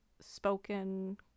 spoken